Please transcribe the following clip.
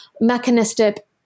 mechanistic